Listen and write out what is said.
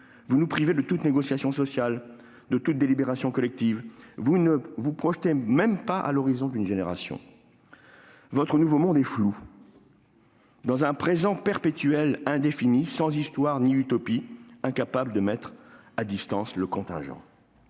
Vous nous privez de toute négociation sociale et de délibération collective. Vous ne vous projetez pas même à l'horizon d'une génération. Votre nouveau monde est flou, dans un présent perpétuel, indéfini, sans histoire ni utopie, incapable de mettre à distance le contingent.